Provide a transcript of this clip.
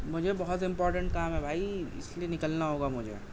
مجھے بہت امپوٹنٹ کام ہے بھائی اسلئے نکلنا ہوگا مجھے